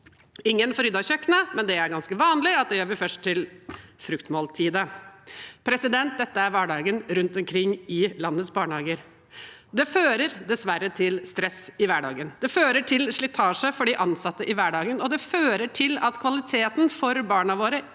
Ingen får ryddet kjøkkenet, men det er det ganske vanlig at vi først gjør til fruktmåltidet. Dette er hverdagen rundt omkring i landets barnehager. Det fører dessverre til stress i hverdagen, det fører til slitasje for de ansatte i hverdagen, og det fører til at kvaliteten for barna våre